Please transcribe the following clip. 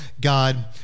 God